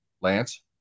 Lance